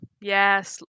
Yes